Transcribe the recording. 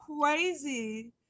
crazy